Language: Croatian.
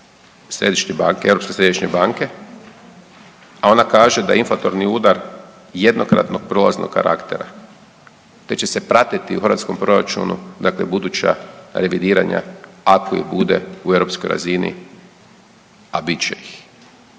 središnje banke, Europske središnje banke, a ona kaže da je inflatorni udar jednokratnog prolaznog karaktera te će se pratiti u hrvatskom proračunu dakle buduća revidiranja, ako ih bude, u europskoj razini, a bit će ih.